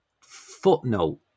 footnote